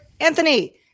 Anthony